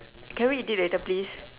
can we eat it later please